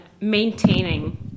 maintaining